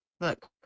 Look